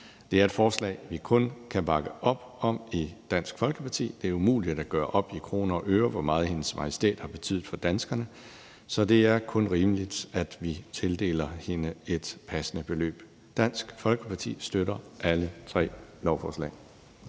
Det er et forslag, vi kun kan bakke op om i Dansk Folkeparti. Det er umuligt at gøre op i kroner og øre, hvor meget hendes majestæt har betydet for danskerne, så det er kun rimeligt, at vi tildeler hende et passende beløb. Dansk Folkeparti støtter alle tre lovforslag.